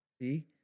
See